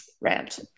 rant